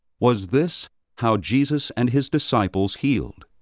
was this how jesus and his disciples healed?